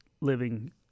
living